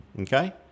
Okay